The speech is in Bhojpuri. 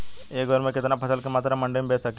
एक बेर में कितना फसल के मात्रा मंडी में बेच सकीला?